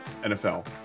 NFL